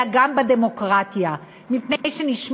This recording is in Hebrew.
אלא גם בדמוקרטיה, מפני שנשמת